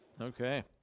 Okay